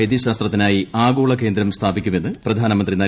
വൈദ്യശാസ്ത്രത്തിനായി ആഗോള കേന്ദ്രം സ്ഥാപിക്കുമെന്ന് പ്രധാനമന്ത്രി നരേന്ദ്രമോദി